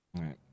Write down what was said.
right